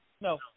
no